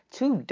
two